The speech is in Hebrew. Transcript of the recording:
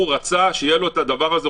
שרוצה שיהיה לו את הדבר הזה,